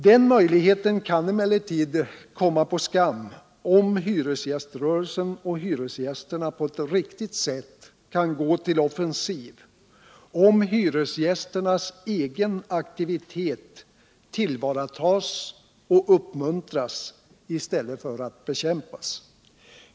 Den möjligheten kan emellertid komma på skam om hyresgäströrelsen och hyresgästerna på ett riktigt sätt går till offensiv, om hyresgästernas egen aktivitet tillvaratas och uppmuntras, I stället för att bekämpas.